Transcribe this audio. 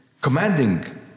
commanding